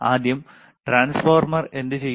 ആദ്യം ട്രാൻസ്ഫോർമർ എന്തു ചെയ്യും